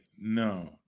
No